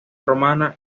romana